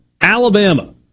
Alabama